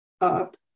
up